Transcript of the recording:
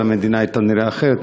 המדינה הייתה נראית אחרת.